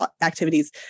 activities